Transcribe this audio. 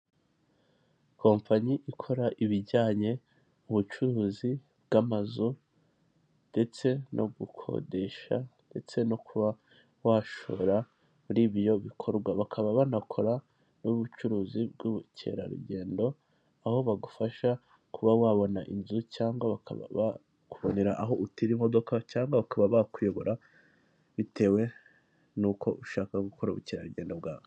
Kompanyi ikora ibijyanye n'ubucuruzi bw'amazu ndetse no gukodesha ndetse no kuba washora muri ibyo bikorwa, bakaba banakora n'ubucuruzi bw'ubukerarugendo, aho bagufasha kuba wabona inzu cyangwa bakaba bakubonera aho utira imodoka cyangwa bakaba bakuyobora bitewe n'uko ushaka gukora ubukerarugendo bwawe.